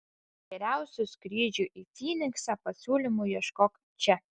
geriausių skrydžių į fyniksą pasiūlymų ieškok čia